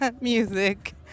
music